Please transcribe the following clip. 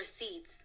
receipts